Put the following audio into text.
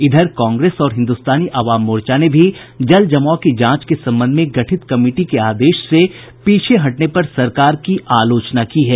इधर कांग्रेस और हिन्दुस्तानी अवाम मोर्चा ने भी जलजमाव की जांच के संबंध में गठित कमिटी के आदेश से पीछे हटने पर सरकार की आलोचना की है